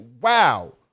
wow